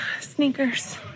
sneakers